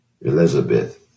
Elizabeth